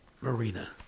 Marina